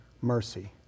mercy